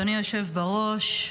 אדוני היושב בראש,